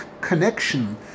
connection